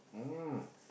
mm